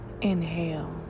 Inhale